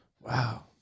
Wow